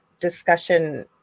discussion